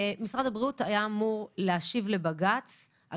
משרד הבריאות היה אמור להשיב לבג"ץ על